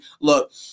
Look